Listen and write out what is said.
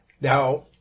Now